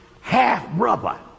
half-brother